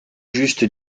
juste